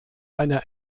einer